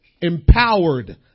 empowered